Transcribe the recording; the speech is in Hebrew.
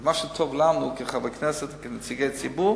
מה שטוב לנו כחברי כנסת, כנציגי ציבור,